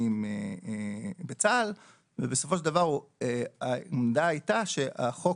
בצה"ל ובסופו של דבר העמדה הייתה שהחוק,